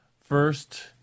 first